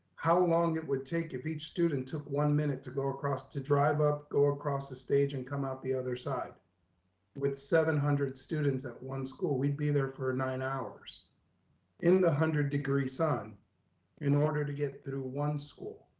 how long it would take if each student took one minute to go across, to drive up, go across the stage and come out the other side with seven hundred students at one school, we'd be there for nine hours in the a hundred degree sun in order to get through one school.